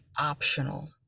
optional